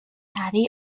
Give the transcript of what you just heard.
daddy